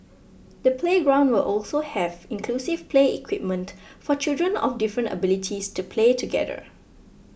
the playground will also have inclusive play equipment for children of different abilities to play together